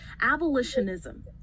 abolitionism